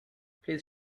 please